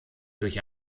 durch